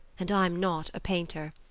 and i'm not a painter.